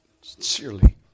sincerely